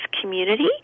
community